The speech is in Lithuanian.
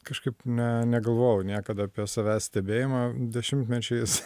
kažkaip ne negalvojau niekad apie savęs stebėjimą dešimtmečiais